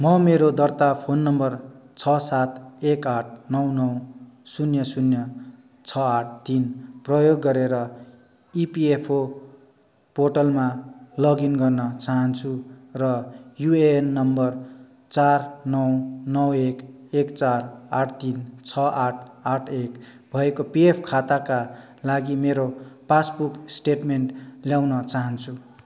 म मेरो दर्ता फोन नम्बर छ सात एक आठ नौ नौ शून्य शून्य छ आठ तिन प्रयोग गरेर इपिएफओ पोर्टलमा लगइन गर्न चाहन्छु र युएएन नम्बर चार नौ नौ एक एक चार आठ तिन छ आठ आठ एक भएको पिएफ खाताका लागि मेरो पासबुक स्टेटमेन्ट ल्याउन चाहन्छु